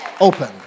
open